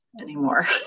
anymore